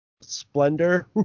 splendor